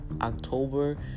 October